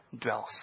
dwells